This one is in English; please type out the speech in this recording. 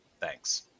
thanks